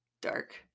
Dark